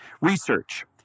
Research